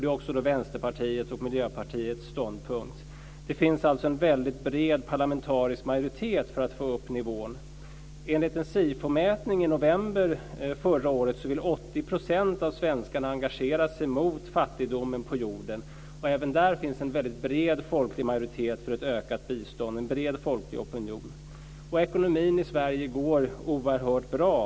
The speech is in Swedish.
Det är också Vänsterpartiets och Miljöpartiets ståndpunkt. Det finns alltså en väldigt bred parlamentarisk majoritet för att få upp nivån. 80 % av svenskarna engagera sig mot fattigdomen på jorden. Även där finns en väldigt bred folklig majoritet och en bred folklig opinion för ett ökat bistånd. Ekonomin i Sverige går oerhört bra.